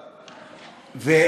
בוודאי.